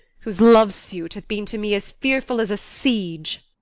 whose love-suit hath been to me as fearful as a siege.